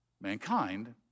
mankind